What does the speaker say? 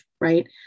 right